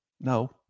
No